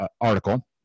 article